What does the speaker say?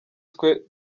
twe